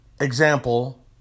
example